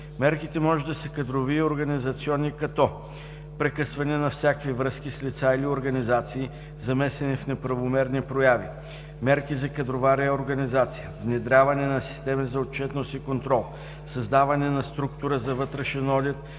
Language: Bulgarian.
Мерките може да са кадрови и организационни като: прекъсване на всякакви връзки с лица или организации, замесени в неправомерните прояви; мерки за кадрова реорганизация; внедряване на системи за отчетност и контрол; създаване на структура за вътрешен одит,